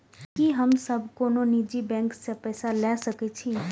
की हम सब कोनो निजी बैंक से पैसा ले सके छी?